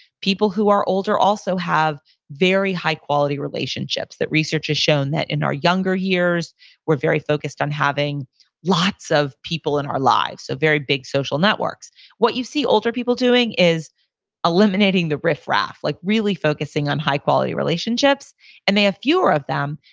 people who are older also have very high quality relationships that research has shown that in our younger years, we're very focused on having lots of people in our lives. so, very big social networks what you see older people doing is eliminating the riffraff. like really focusing on high quality relationships and they have fewer of them,